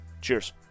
Cheers